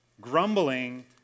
Grumbling